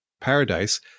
Paradise